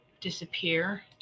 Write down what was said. disappear